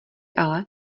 ale